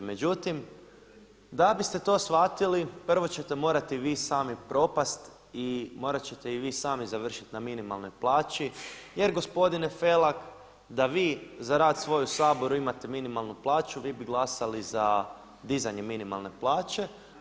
Međutim, da bi ste to shvatili prvo ćete morati vi sami propast i morat ćete i vi sami završit na minimalnoj plaći jer gospodine Felak da vi za rad svoj u Saboru imate minimalnu plaću vi bi glasali za dizanje minimalne plaće.